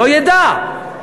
לא ידע.